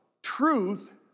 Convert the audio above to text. Truth